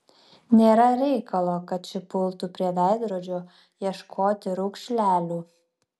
nėra reikalo kad ši pultų prie veidrodžio ieškoti raukšlelių